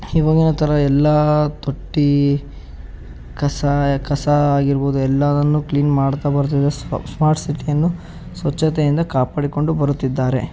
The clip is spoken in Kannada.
ಈವಾಗಿನ ಥರ ಎಲ್ಲ ತೊಟ್ಟಿ ಕಸ ಯ ಕಸ ಆಗಿರಬಹುದು ಎಲ್ಲವನ್ನು ಕ್ಲೀನ್ ಮಾಡ್ತಾ ಬರ್ತಿದೆ ಸ್ಮಾರ್ಟ್ ಸಿಟಿಯನ್ನು ಸ್ವಚ್ಛತೆಯಿಂದ ಕಾಪಾಡಿಕೊಂಡು ಬರುತ್ತಿದ್ದಾರೆ